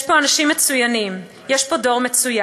יש פה אנשים מצוינים, יש פה דור מצוין.